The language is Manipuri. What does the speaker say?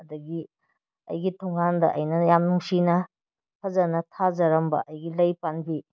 ꯑꯗꯨꯗꯒꯤ ꯑꯩꯒꯤ ꯊꯣꯡꯒꯥꯟꯗ ꯑꯩꯅ ꯌꯥꯝ ꯅꯨꯡꯁꯤꯅ ꯐꯖꯅ ꯊꯥꯖꯔꯝꯕ ꯑꯩꯒꯤ ꯂꯩ ꯄꯥꯝꯕꯤ